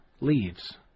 leaves